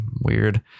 weird